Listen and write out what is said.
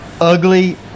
ugly